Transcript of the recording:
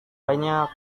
banyak